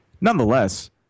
Nonetheless